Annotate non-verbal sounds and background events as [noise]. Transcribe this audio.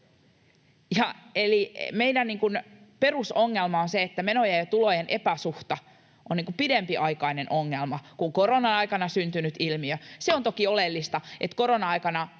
meidän perus-ongelma on se, että menojen ja tulojen epäsuhta on pidempiaikainen ongelma kuin korona-aikana syntynyt ilmiö. [noise] Se on toki oleellista, että korona-aikana